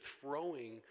throwing